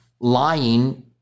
lying